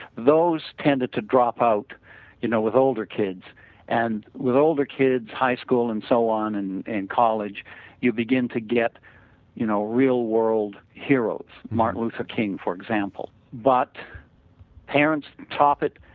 those tended to drop out you know with older kids and with older kids, high school and so on and in college you begin to get you know real world heroes, martin luther king for example. but parents top it,